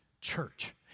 church